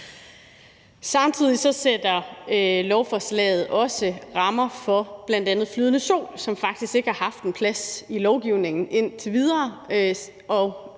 Samtidig sætter lovforslaget også rammer for bl.a. flydende sol, som faktisk ikke har haft en plads i lovgivningen indtil videre,